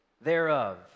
thereof